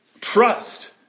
trust